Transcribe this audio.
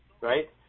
right